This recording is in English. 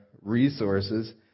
resources